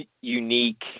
unique